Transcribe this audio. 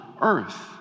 earth